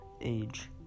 age